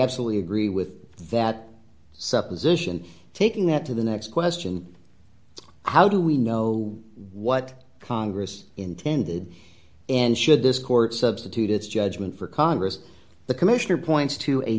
absolutely agree with that supposition taking that to the next question how do we know what congress intended and should this court substitute its judgment for congress the commissioner points to a